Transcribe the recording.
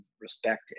respect